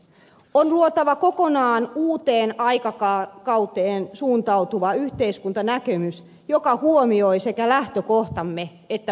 on luotava kokonaan uuteen aikakauteen suuntautuva yhteiskuntanäkemys joka huomioi sekä lähtökohtamme että muuttuvan toimintaympäristön